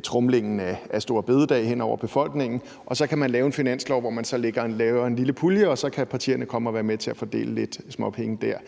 tromlingen i forhold til store bededag hen over befolkningen – og man kan så lave en finanslov, hvor man laver en lille pulje, hvor partierne så kan komme og være med til at fordele lidt småpenge.